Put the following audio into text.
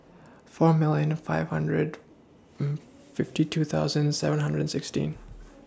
four million and five hundred fifty two thousand seven hundred and sixteen